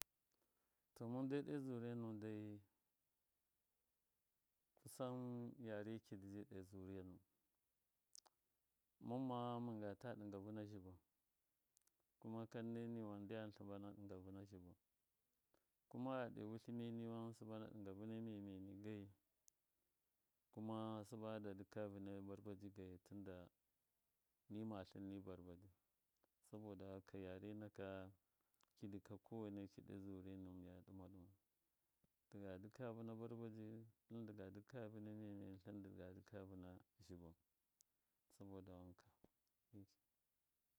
To mɨn dai ɗo zuriya nuwɨn dai kusan yare kidi ji ɗo zuriya nuwɨn mɨnma mɨngata ɗɨnga vɨna zhɨbɨn kuma kanne niwan ndyam sɨbana ɗɨnga vɨna zhɨbɨn kuma sɨbana ɗɨnga ⱱɨna barbajɨ geyi. tɨnda ni matlɨn ni barbaji saboda haka yare naka kida koweneki ɗe zuriya nuwɨn. tɨga dɨkaya ⱱina barbaji. tlɨndɨga dɨkaya vɨna miye miyeni tlɨndɨga dɨkaya vɨna zhɨbɨn saboda wanka.